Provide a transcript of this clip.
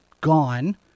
gone